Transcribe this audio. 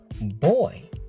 boy